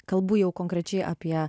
kalbu jau konkrečiai apie